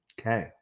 Okay